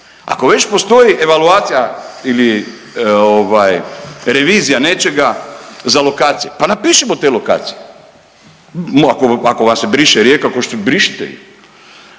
ako već postoji evaluacija ili revizija nečega za lokacije, pa napišimo te lokacije. Ako vam se briše Rijeka, brišite ju.